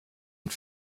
und